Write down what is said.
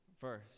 verse